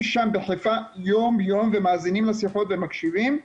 שם בחיפה יום-יום ומאזינים לשיחות והם מקשיבים,